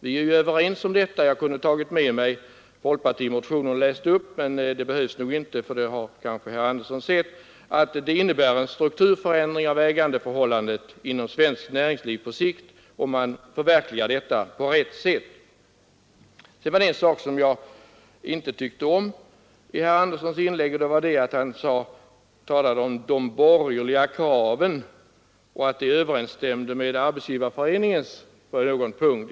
Vi är ju överens om detta — jag kunde ha tagit med mig folkpartimotionen och läst upp den, men det behövs nog inte, eftersom herr Andersson säkert har sett att det innebär en strukturförändring av ägandeförhållandena inom svenskt näringsliv på sikt, om den förverkligas på rätt sätt. Sedan var det en sak i herr Anderssons inlägg som jag inte tyckte om, nämligen att han talade om ”de borgerliga kraven” och att de skulle överensstämma med Arbetsgivareföreningen på någon punkt.